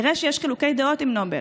נראה שיש חילוקי דעות עם נובל.